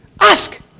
ask